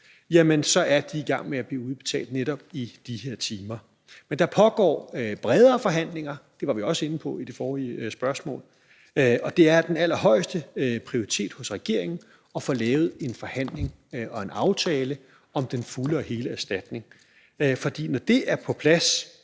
så er de i gang med at blive udbetalt netop i de her timer. Men der pågår bredere forhandlinger – det var vi også inde på i besvarelsen af det forrige spørgsmål – og det har den allerhøjeste prioritet for regeringen at få lavet en forhandling og en aftale om den fulde og hele erstatning. For når det er på plads,